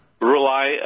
rely